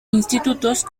institutos